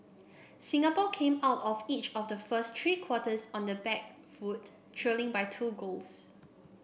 Singapore came out of each of the first three quarters on the back foot trailing by two goals